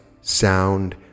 sound